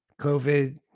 COVID